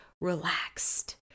relaxed